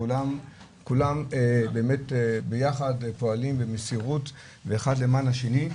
כולם באמת ביחד פועלים במסירות ואחד למען השני,